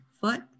foot